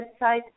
website